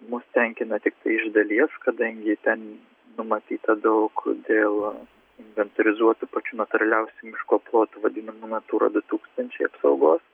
mus tenkina tiktai iš dalies kadangi ten numatyta daug dėl inventorizuotų pačių natūraliausių miško plotų vadinamų natūra du tūkstančia apsaugos